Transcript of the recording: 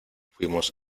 fuimos